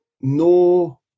no